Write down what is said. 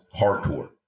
hardcore